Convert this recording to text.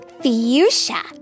fuchsia